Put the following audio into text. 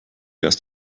erst